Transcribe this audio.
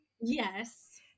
Yes